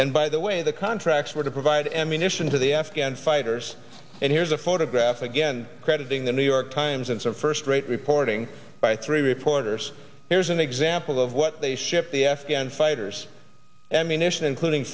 and by the way the contracts were to provide ammunition to the afghan fighters and here's a photograph again crediting the new york times and some first rate reporting by three reporters here's an example of what they ship the afghan fighters ammunition including